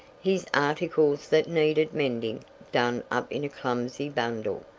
his articles that needed mending done up in a clumsy bundle,